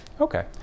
Okay